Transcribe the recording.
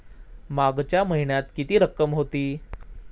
मागच्या महिन्यात किती रक्कम होती?